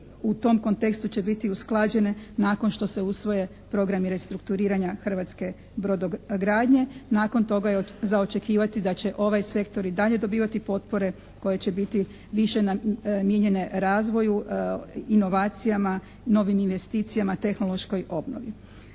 u tom kontekstu će biti usklađene nakon što se usvoje programi restrukturiranja hrvatske brodogradnje, nakon toga je za očekivati da će ovaj sektor i dalje dobivati potpore koje će biti više namijenjene razvoju, inovacijama, novim investicijama, tehnološkoj obnovi.